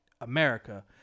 America